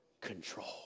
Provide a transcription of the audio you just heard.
Control